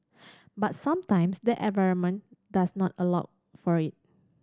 but sometimes the environment does not allow for it